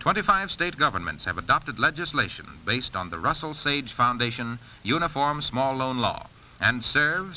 twenty five state governments have adopted legislation based on the russell sage foundation uniform small loan law and serv